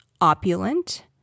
opulent